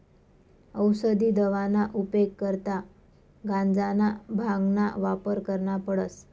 औसदी दवाना उपेग करता गांजाना, भांगना वापर करना पडस